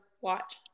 watch